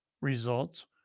results